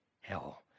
hell